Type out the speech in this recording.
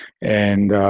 and